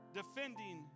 defending